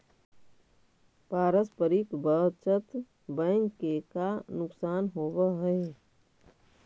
पारस्परिक बचत बैंक के का नुकसान होवऽ हइ?